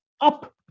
up